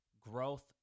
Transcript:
growth